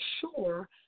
sure